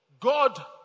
God